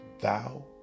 Thou